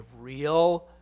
real